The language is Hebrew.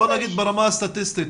ברמה סטטיסטית,